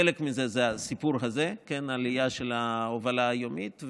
חלק מזה זה הסיפור הזה של עלייה של ההובלה הימית,